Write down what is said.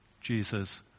Jesus